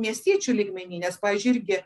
miestiečių lygmeny nes pavyzdžiui irgi